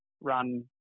run